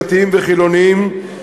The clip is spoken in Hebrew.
דתיים וחילוניים,